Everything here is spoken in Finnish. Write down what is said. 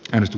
risto